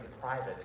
private